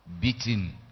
beaten